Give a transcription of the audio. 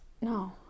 no